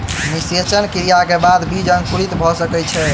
निषेचन क्रिया के बाद बीज अंकुरित भ सकै छै